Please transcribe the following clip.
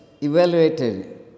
evaluated